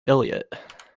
elliot